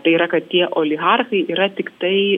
tai yra kad tie oligarchai yra tiktai